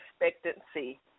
expectancy